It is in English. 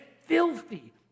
filthy